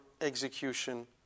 execution